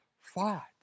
fought